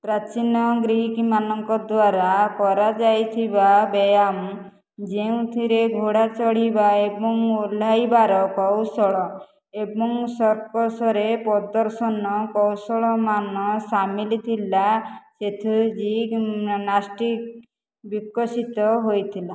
ପ୍ରାଚୀନ ଗ୍ରୀକ୍ମାନଙ୍କ ଦ୍ୱାରା କରାଯାଇଥିବା ବ୍ୟାୟାମ ଯେଉଁଥିରେ ଘୋଡ଼ା ଚଢ଼ିବା ଏବଂ ଓହ୍ଲାଇବାର କୌଶଳ ଏବଂ ସର୍କସରେ ପ୍ରଦର୍ଶନ କୌଶଳମାନ ସାମିଲ ଥିଲା ସେଥିରୁ ଜିମ୍ନାଷ୍ଟିକସ୍ ବିକଶିତ ହୋଇଥିଲା